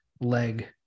leg